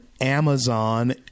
Amazon